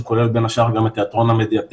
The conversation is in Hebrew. שכולל בין השאר גם את תיאטרון המדיטק,